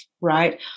right